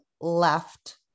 left